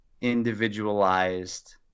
individualized